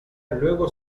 luego